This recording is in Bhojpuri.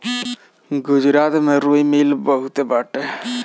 गुजरात में रुई मिल बहुते बाटे